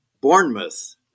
Bournemouth